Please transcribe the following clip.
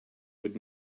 would